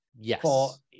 Yes